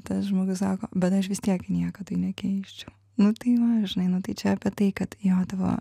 tas žmogus sako bet aš vis tiek į nieką tai nekeisčiau nu tai va žinai nu tai čia apie tai kad jo tavo